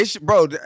Bro